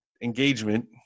Engagement